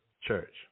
church